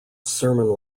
sermon